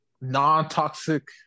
non-toxic